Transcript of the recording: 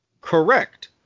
Correct